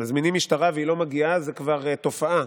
מזמינים משטרה והיא לא מגיעה, זה כבר תופעה,